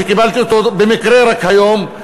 שקיבלתי אותו במקרה רק היום,